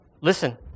listen